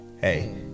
Hey